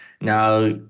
Now